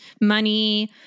money